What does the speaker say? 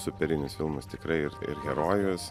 superinius filmus tikrai ir ir herojus